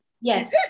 Yes